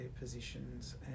positions